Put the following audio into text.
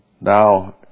Now